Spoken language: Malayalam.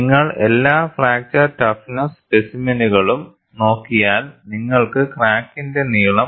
നിങ്ങൾ എല്ലാ ഫ്രാക്ചർ ടഫ്നെസ്സ് സ്പെസിമെനുകളും നോക്കിയാൽ നിങ്ങൾക്ക് ക്രാക്കിന്റെ നീളം 0